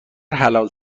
حلال